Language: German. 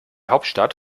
hauptstadt